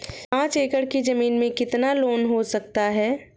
पाँच एकड़ की ज़मीन में कितना लोन हो सकता है?